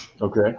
okay